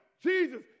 Jesus